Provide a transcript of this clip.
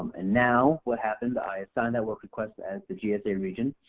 and now what happens i assigned that work request as the gsa region.